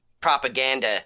propaganda